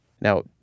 Now